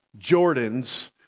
Jordans